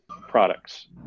products